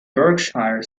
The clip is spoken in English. berkshire